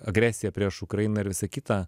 agresiją prieš ukrainą ir visa kita